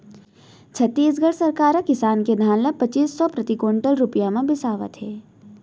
छत्तीसगढ़ सरकार ह किसान के धान ल पचीस सव प्रति कोंटल रूपिया म बिसावत हे